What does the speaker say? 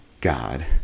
God